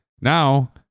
now